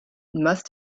must